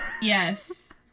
Yes